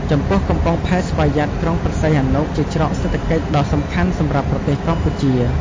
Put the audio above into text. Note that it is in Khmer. ចំពោះកំពង់ផែស្វយ័តក្រុងព្រះសីហនុ ជាច្រកសេដ្ឋកិច្ចដ៏សំខាន់សម្រាប់ប្រទេសកម្ពុជា។